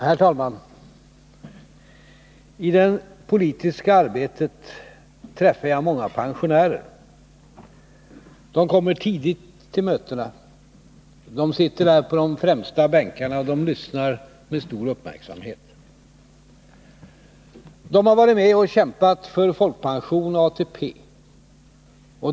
Herr talman! I det politiska arbetet träffar jag många pensionärer. De kommer tidigt till mötena. De sitter på de främsta bänkarna. De lyssnar med stor uppmärksamhet. De har varit med och kämpat för folkpension och ATP.